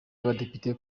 y’abadepite